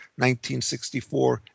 1964